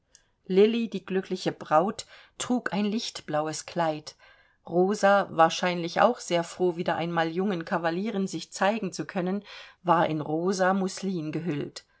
lilli die glückliche braut trug ein lichtblaues kleid rosa wahrscheinlich auch sehr froh wieder einmal jungen kavalieren sich zeigen zu können war in rosa mousseline gehüllt